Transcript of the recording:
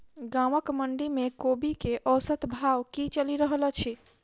गाँवक मंडी मे कोबी केँ औसत भाव की चलि रहल अछि?